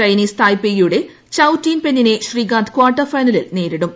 Chinese ത്രീയ്ക്പേയുടെ Chou Tien പെന്നിനെ Srikanth quarter ഒഫ്ഫെന്ലിൽ നേരിടും